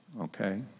Okay